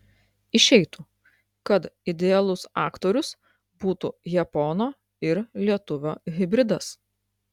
išeitų kad idealus aktorius būtų japono ir lietuvio hibridas